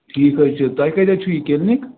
ٹھیٖک حظ چھُ تۄہہِ کَتہِ حظ چھُو یہِ کِلنِک